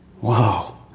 wow